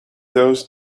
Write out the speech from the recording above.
those